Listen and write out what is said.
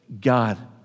God